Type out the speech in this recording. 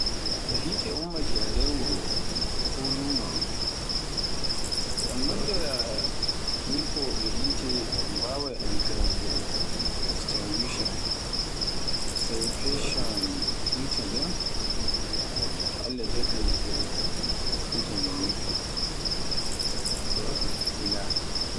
To hite ummaake e nder wuri ko lumo, ko un noddoya nyifowobe hiti on bawai amfiron extinguisher sai freshen heti ngen. To Allah jaabi nge nyifai ila.